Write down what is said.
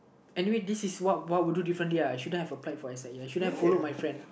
anyway this I what what I would do differentlyuhI shouldn't have applied for S_I_A I shouldn't have followed my friend